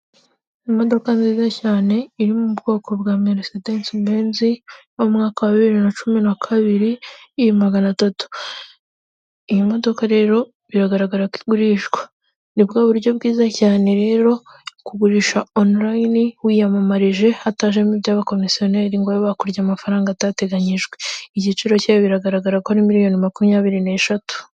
Imodoka nziza cyane, iri mu bwoko bwa merisedensi benzi, yo mu mwaka wa bibiri na cumi na kabiri, imagana atatu. Iyi modoka rero, biragaragara ko igurishwa. Ni bwa buryo bwiza cyane rero, kugurisha onurayini wiyamamarije, hatajemo iby'abakomisiyoneri ngo babe bakurya amafaranga atateganyijwe. Igiciro cyayo biragaragara ko ari miliyoni makumyabiri n'eshatu.